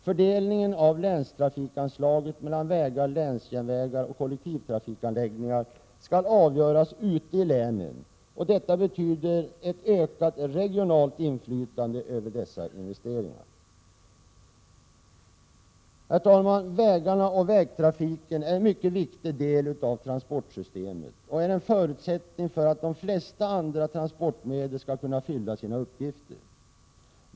Fördelning av länstrafikanslagen mellan vägar, länsjärnvägar och kollektivtrafikanläggningar skall göras ute i länen. Detta betyder ett ökat regionalt inflytande över dessa investeringar. Herr talman! Vägarna och vägtrafiken är en mycket viktig del av transportsystemet och en förutsättning för att de flesta andra transportmedel skall fylla sina uppgifter.